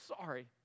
sorry